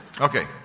Okay